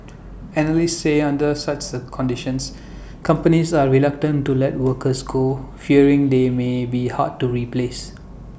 analysts say under such conditions companies are reluctant to let workers go fearing they may be hard to replace